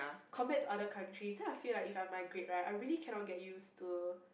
compared to other countries then I feel like if I migrate right I really cannot get used to